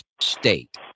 state